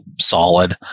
solid